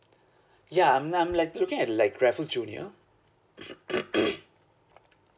ya I'm I'm like looking at like raffles junior